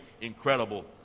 incredible